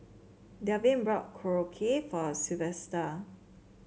Delvin brought Korokke for Silvester